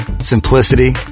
simplicity